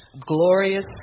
Glorious